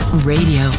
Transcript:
Radio